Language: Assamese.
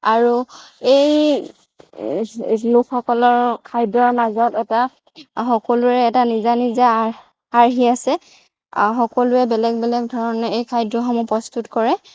আৰু এই লোকসকলৰ খাদ্যৰ মাজত এটা সকলোৰে এটা নিজা নিজা আৰ্হি আছে সকলোৱে বেলেগ বেলেগধৰণে এই খাদ্যসমূহ প্ৰস্তুত কৰে